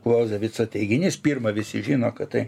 klauzevico teiginys pirma visi žino kad tai